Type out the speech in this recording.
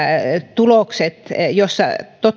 tulokset joissa